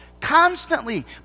Constantly